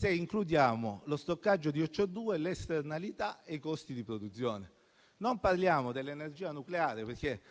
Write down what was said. includendo lo stoccaggio di CO2, l'esternalità e i costi di produzione. Non parliamo dell'energia nucleare, perché